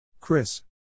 Chris